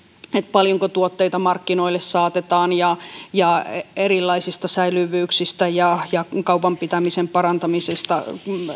paljonko tuotteita markkinoille saatetaan ja ja erilaisista säilyvyyksistä ja ja kaupan pitämisen parantamisesta